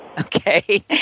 Okay